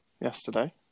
yesterday